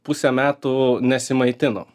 pusę metų nesimaitino